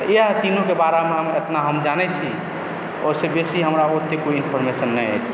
इएह तिनुके बारेमे एतना हम जानय छी ओहिसँ बेसी हमरा ओतेक कोई इन्फॉर्मेशन नहि अछि